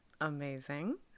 Amazing